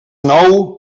nou